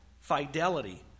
fidelity